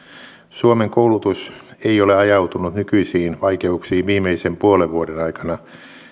suomen koulutus ei ole ajautunut nykyisiin vaikeuksiin viimeisen puolen vuoden aikana